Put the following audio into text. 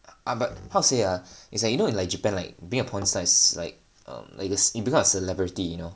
ah but how to say ah is like you know in like Japan like being a porn star is like um is like being a celebrity you know